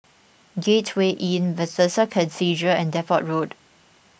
Gateway Inn Bethesda Cathedral and Depot Road